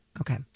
Okay